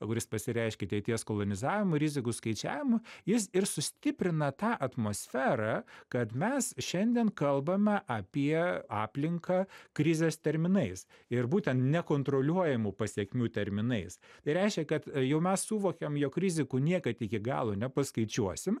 kuris pasireiškia ateities kolonizavimu rizikų skaičiavimu jis ir sustiprina tą atmosferą kad mes šiandien kalbame apie aplinką krizės terminais ir būtent nekontroliuojamų pasekmių terminais tai reiškia kad jau mes suvokiam jog rizikų niekad iki galo nepaskaičiuosim